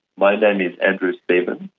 my name is andrew stevens.